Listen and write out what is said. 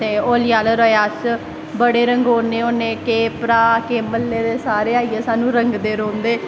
ते होली आह्ले दिन अस बड़े रंगोने होने केह् भ्राह् म्ह्ल्ले दे सारे आईयै साह्नू रंगदे रौंह्दे